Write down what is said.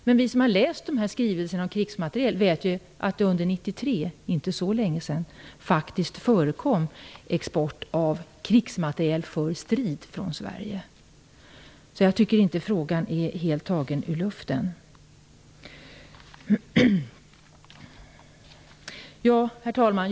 Men vi som har läst skrivelserna om krigsmateriel vet att det under 1993, det är inte så länge sedan, faktiskt förekom export av krigsmateriel för strid från Sverige. Jag tycker därför inte att frågan är helt tagen ur luften. Herr talman!